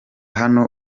hano